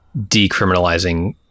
decriminalizing